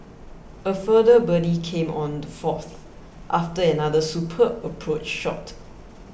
a further birdie came on the fourth after another superb approach shot